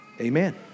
amen